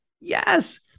Yes